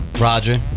Roger